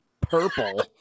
purple